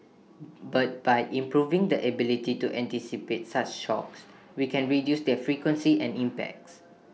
but by improving the ability to anticipate such shocks we can reduce their frequency and impacts